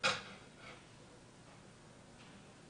תשלם בעבור שירותי בריאות שרכשה בבית